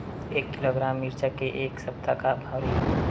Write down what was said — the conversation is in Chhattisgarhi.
एक किलोग्राम मिरचा के ए सप्ता का भाव रहि?